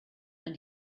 and